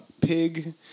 pig